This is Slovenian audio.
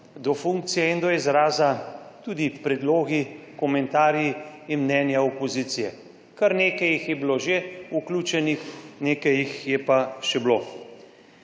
do funkcije in do izraza tudi predlogi, komentarji in mnenja opozicije. Kar nekaj jih je bilo že vključenih, nekaj jih je pa še bilo.